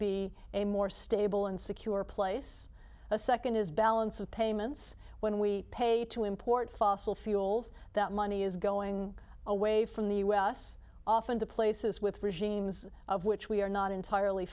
be a more stable and secure place a second is balance of payments when we pay to import fossil fuels that money is going away from the u s often to places with regimes of which we are not entirely